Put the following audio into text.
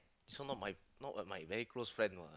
this one not my not my very close friend what